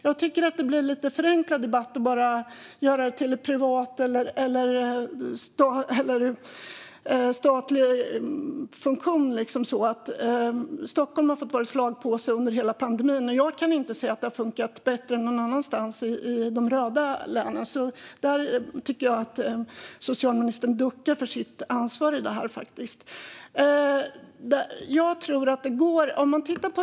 Jag tycker att det blir en lite förenklad debatt om man bara gör det till en fråga om privat eller statlig funktion. Stockholm har fått vara slagpåse under hela pandemin. Jag kan inte se att det har funkat bättre någon annanstans, till exempel i de röda länen. Där tycker jag att socialministern duckar för sitt ansvar.